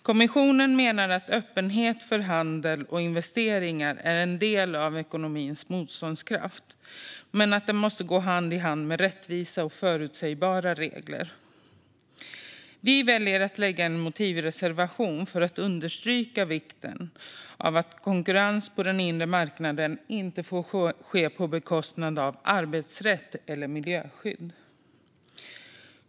Kommissionen menar att öppenhet för handel och investeringar är en del av ekonomins motståndskraft men att det måste gå hand i hand med rättvisa och förutsägbara regler. Vi väljer att väcka en motivreservation för att understryka vikten av att konkurrens på den inre marknaden inte sker på bekostnad av arbetsrätt eller miljöskydd.